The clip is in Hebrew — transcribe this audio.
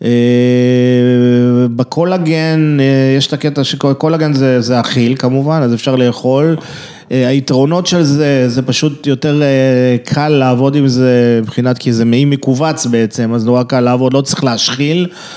בקולגן, יש את הקטע שקורה, קולגן זה אכיל כמובן, אז אפשר לאכול, היתרונות של זה, זה פשוט יותר קל לעבוד עם זה מבחינת, כי זה מעי מכווץ בעצם, אז נורא קל לעבוד, לא צריך להשחיל.